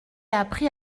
appris